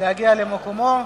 להגיע למקומו,